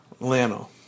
Lano